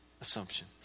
assumption